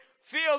feel